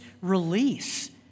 release